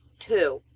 two.